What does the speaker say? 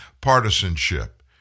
partisanship